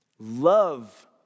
Love